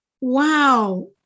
Wow